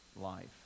life